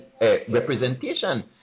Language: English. representation